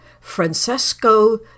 Francesco